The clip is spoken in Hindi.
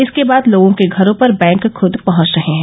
इसके बाद लोगों के घरों पर बैंक खुद पहुंच रहे हैं